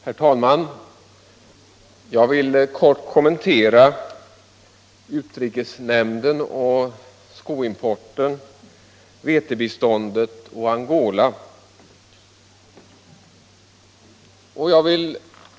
Herr talman! Jag vill kort kommentera utrikesnämnden och skoimporten, vetebiståndet och Angola.